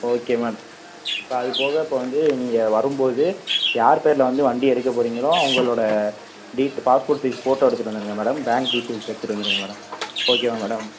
okay ma'am இப்போ அது போக இப்போ வந்து நீங்கள் வரும்போது யாரு பேரில் வந்து வண்டி எடுக்கப் போகிறிங்களோ அவங்களோட டீட் பாஸ்போர்ட் சைஸ் ஃபோட்டோ எடுத்துகிட்டு வந்துடுங்க மேடம் பேங்க் டீட்டெயில்ஸ் எடுத்துகிட்டு வந்துடுங்க மேடம் ஓகேவா மேடம்